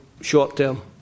short-term